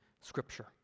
Scripture